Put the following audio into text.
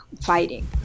fighting